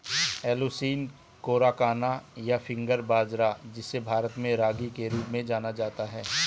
Eleusine coracana, या finger बाजरा, जिसे भारत में रागी के रूप में जाना जाता है